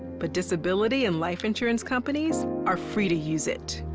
but disability and life insurance companies are free to use it.